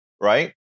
right